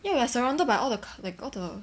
ya we are surrounded by all the like all the